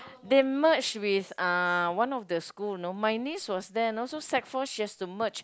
they merge with uh one of the school you know my niece was there you know so sec four she has to merge